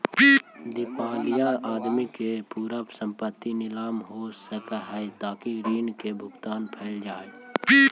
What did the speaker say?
दिवालिया आदमी के पूरा संपत्ति नीलाम हो सकऽ हई ताकि ऋण के भुगतान कैल जा सकई